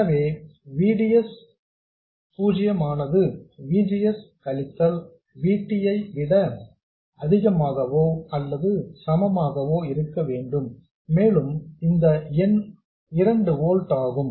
எனவே V D S 0 ஆனது V G S கழித்தல் V T ஐ விட அதிகமாகவோ அல்லது சமமாகவோ இருக்க வேண்டும் மேலும் இந்த எண் 2 வோல்ட் ஆகும்